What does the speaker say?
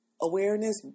Awareness